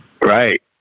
Right